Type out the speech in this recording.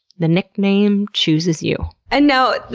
the nickname chooses you. and now,